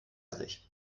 sich